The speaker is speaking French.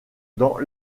dans